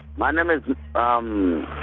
my name is um.